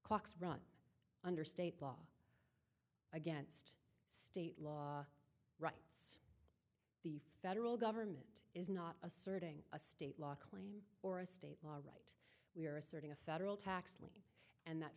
clocks run under state law against state law rights the federal government is not asserting a state law claim or a state law we are asserting a federal tax lien and that